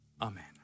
Amen